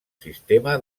sistema